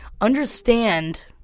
Understand